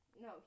No